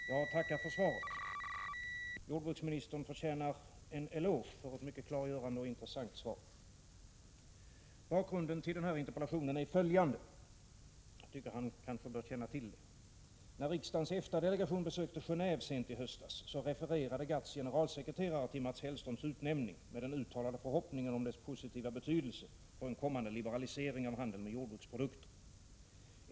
Fru talman! Jag tackar för svaret. Jordbruksministern förtjänar en eloge för ett mycket klargörande och intressant svar. Bakgrunden till interpellationen är följande —som jag tycker att jordbruksministern bör känna till: När riksdagens EFTA-delegation besökte Geneve sent i höstas, refererade GATT:s generalsekreterare till Mats Hellströms utnämning med den uttalade förhoppningen om dess positiva betydelse för en kommande liberalisering av handeln med jordbruksprodukter.